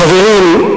חברים,